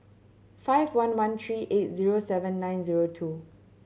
five one one three eight zero seven nine zero two